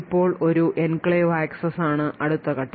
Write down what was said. ഇപ്പോൾ ഒരു enclave access ആണ് അടുത്ത ഘട്ടം